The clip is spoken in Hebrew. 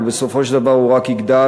אבל בסופו של דבר הוא רק יגדל,